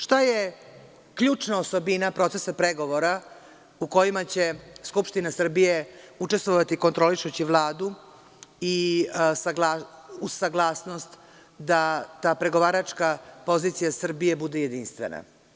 Šta je ključna osobina procesa pregovora u kojima će Skupština Srbije učestvovati kontrolišući Vladu i uz saglasnost da ta pregovaračka pozicija Srbije bude jedinstvena?